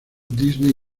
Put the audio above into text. disney